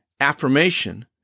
affirmation